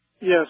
Yes